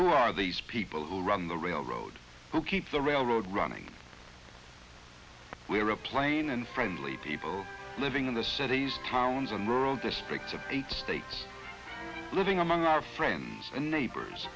who are these people who run the railroad who keep the railroad running we're a plain and friendly people living in the cities towns and rural districts of eight states living among our friends and neighbors